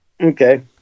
Okay